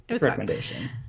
recommendation